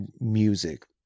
music